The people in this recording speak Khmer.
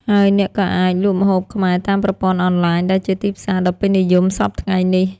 ហើយអ្នកក៏អាចលក់ម្ហូបខ្មែរតាមប្រព័ន្ធអនឡាញ ដែលជាទីផ្សារដ៏ពេញនិយមសព្វថ្ងៃនេះ។